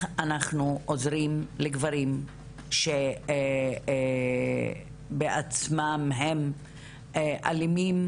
אנחנו עוזרים לגברים שהם בעצמם אלימים,